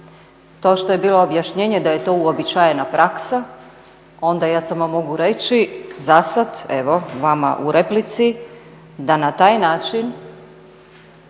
To što je bilo objašnjenje da je to uobičajena praksa, onda ja samo mogu reći, zasad, evo, vama u replici, da na taj način